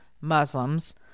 Muslims